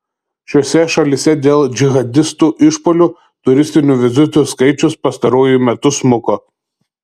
šiose šalyse dėl džihadistų išpuolių turistinių vizitų skaičius pastaruoju metu smuko